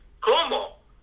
cómo